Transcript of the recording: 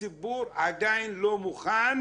הציבור עדיין לא מוכן